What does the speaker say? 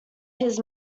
his